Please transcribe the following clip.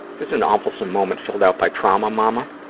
this is an awfulsome moment filled out by traumamomma.